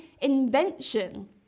invention